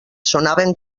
sonaven